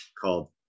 called